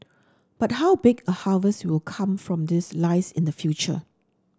but how big a harvest will come from this lies in the future